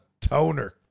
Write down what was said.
toner